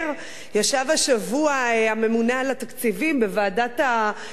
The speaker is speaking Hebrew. ישב השבוע הממונה על התקציבים בוועדת הכספים